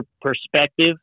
perspective